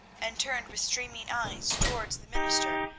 and turned with streaming eyes towards the minister,